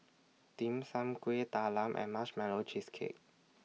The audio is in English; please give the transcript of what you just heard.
Dim Sum Kueh Talam and Marshmallow Cheesecake